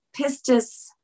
Pistis